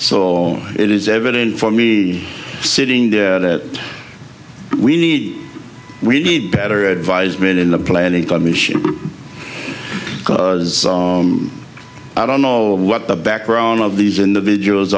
on it is evident for me sitting there that we need we need better advise million the planning commission because i don't know what the background of these individuals